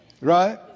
Right